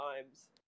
times